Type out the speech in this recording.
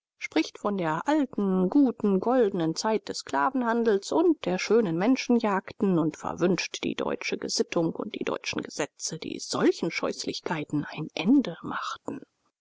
spricht von der alten guten goldenen zeit des sklavenhandels und der schönen menschenjagden und verwünscht die deutsche gesittung und die deutschen gesetze die solchen scheußlichkeiten ein ende machten